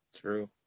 True